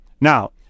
Now